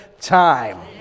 time